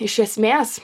iš esmės